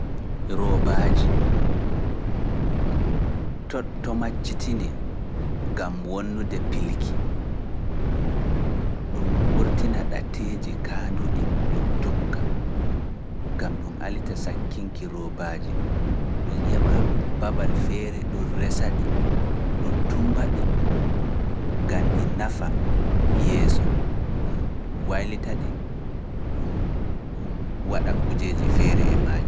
Roobaaji to - to majjitinee, ngam wonnude piilki, ɗum wurtina ɗateeji kaanduɗi ɗum tokka, ngam alita sakkinki roobaaji, ɗium heɓa babal feere ɗum resa-ɗi, ɗum tummba-ɗi ngam ɗi nafa yeeso, ɗum waylita-ɗi, ɗum - ɗum waɗa kuujeeji feere e maaji.